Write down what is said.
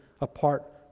apart